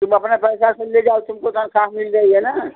तुम अपना पैसा से ले जाओ तुम को तनख्वाह मिल रही है ना